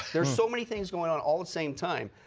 there are so many things going on all the same time,